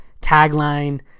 tagline